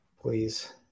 Please